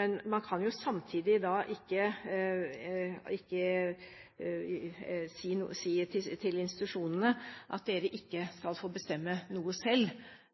Men man kan ikke samtidig si til institusjonene at de ikke skal få bestemme noe selv